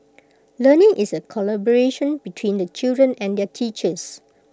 learning is A collaboration between the children and their teachers